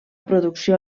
producció